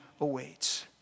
awaits